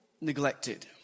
neglected